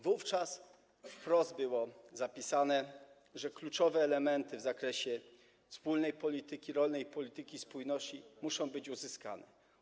Wówczas wprost było zapisane, że kluczowe elementy w zakresie wspólnej polityki rolnej, polityki spójności muszą być uzyskane.